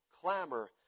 clamor